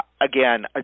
again